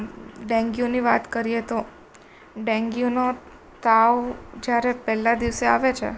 ડેન્ગ્યુની વાત કરીએ તો ડેન્ગ્યુનો તાવ જ્યારે પહેલા દિવસે આવે છે